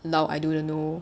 loud I do the no